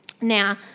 Now